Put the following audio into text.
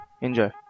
Enjoy